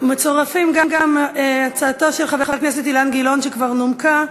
מצורפות גם ההצעות של חבר הכנסת אילן גילאון שכבר נומקה,